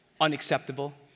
unacceptable